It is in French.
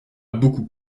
beaucoup